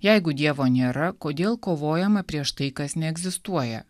jeigu dievo nėra kodėl kovojama prieš tai kas neegzistuoja